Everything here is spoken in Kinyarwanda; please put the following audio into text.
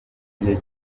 gihe